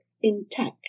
intact